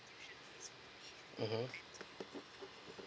mmhmm